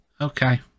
Okay